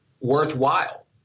worthwhile